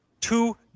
Two